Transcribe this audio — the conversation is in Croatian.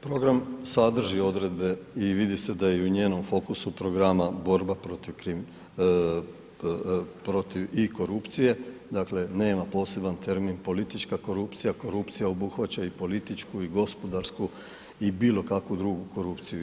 Program sadrži odredbe i vidi se da je i njenom fokusu programa borba protiv ... protiv i korupcije, dakle nema poseban termin politička korupcija, korupcija obuhvaća i političku i gospodarsku i bilo kakvu drugu korupciju.